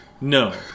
No